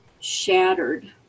shattered